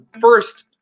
First